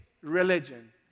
Religion